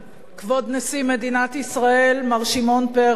כבוד נשיא מדינת ישראל מר שמעון פרס,